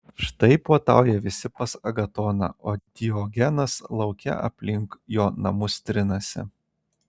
štai puotauja visi pas agatoną o diogenas lauke aplink jo namus trinasi